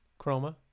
Chroma